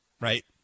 right